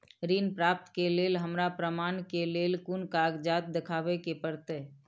ऋण प्राप्त के लेल हमरा प्रमाण के लेल कुन कागजात दिखाबे के परते?